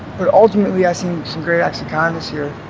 but ultimately i've seen some great acts of kindness here.